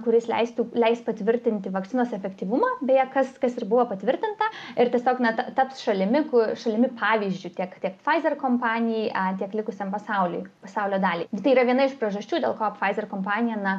kuris leistų leis patvirtinti vakcinos efektyvumą beje kas kas ir buvo patvirtinta ir tiesiog net taps šalimi kur šalimi pavyzdžiui tiek kiek pfizer kompanijai tiek likusiam pasauliui pasaulio daliai tai yra viena iš priežasčių dėl ko pfizer kompanija na